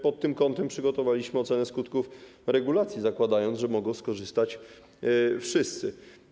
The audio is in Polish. Pod tym kątem przygotowaliśmy ocenę skutków regulacji, zakładając, że mogą skorzystać wszyscy.